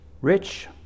Rich